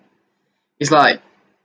is like